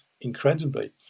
incredibly